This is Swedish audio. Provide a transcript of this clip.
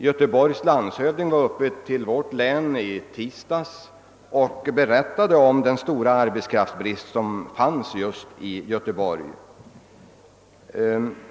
Göteborgs landshövding var uppe i vårt län i tisdags och berättade om den stora arbetskraftsbrist som finns i Göteborg.